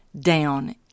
down